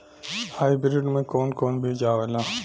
Hybrid में कोवन कोवन बीज आवेला?